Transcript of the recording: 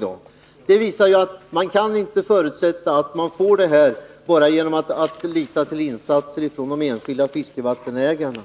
Detta visar ju att man inte kan förutsätta att man uppnår det Lennart Brunander talar om bara genom att lita till insatser från de enskilda fiskevattensägarna.